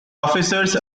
officers